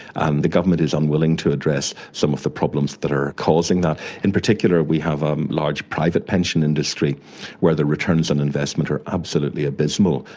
and the government is unwilling to address some of the problems that are causing that, in particular we have a large private pension industry where the returns on investment are absolutely abysmal.